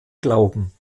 glauben